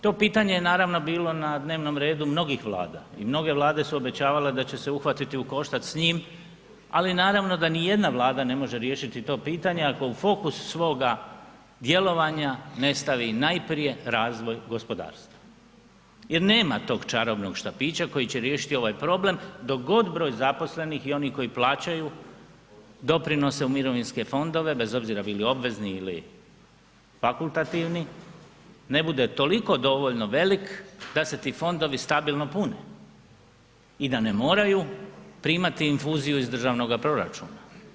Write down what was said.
To pitanje je naravno bilo na dnevnom redu mnogih Vlada i mnoge Vlade su obećavale da će se uhvatiti u koštac s njim ali naravno da nijedna Vlada ne može riješiti to pitanje ako u fokus svoga djelovanja ne stavi najprije razvoj gospodarstva jer nema tog čarobnog štapića koji će riješiti ovaj problem dok god broj zaposlenih i onih koji plaćaju doprinose u mirovinske fondove, bez obzira bili obvezni ili fakultativni, ne bude toliko dovoljno velik da se ti fondovi stabilno pune i da ne moraju primati infuziju iz državnoga proračuna.